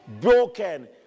Broken